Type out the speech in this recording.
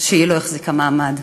שלא החזיקה מעמד,